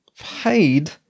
paid